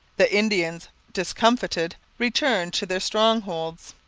the indians, discomfited, returned to their strongholds.